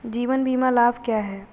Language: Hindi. जीवन बीमा लाभ क्या हैं?